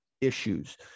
issues